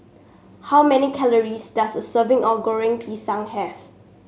how many calories does a serving of Goreng Pisang have